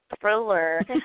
thriller